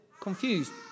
confused